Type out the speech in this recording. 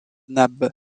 nab